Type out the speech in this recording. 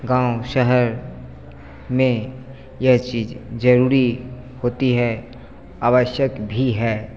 गाँव शहर में यह चीज़ ज़रूरी होती है आवश्यक भी है